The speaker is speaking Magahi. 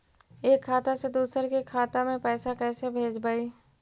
एक खाता से दुसर के खाता में पैसा कैसे भेजबइ?